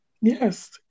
Yes